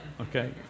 okay